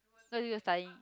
no need to study